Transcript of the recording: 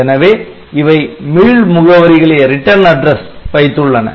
எனவே இவை மீள்முகவரிகளையே வைத்துள்ளன